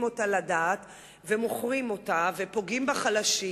אותה לדעת ומוכרים אותה ופוגעים בחלשים,